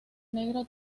negro